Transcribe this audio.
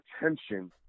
attention